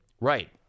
Right